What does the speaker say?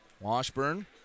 Washburn